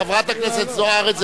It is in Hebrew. חברת הכנסת זוארץ,